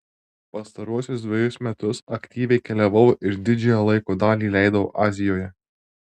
pastaruosius dvejus metus aktyviai keliavau ir didžiąją laiko dalį leidau azijoje